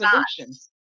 solutions